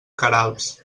queralbs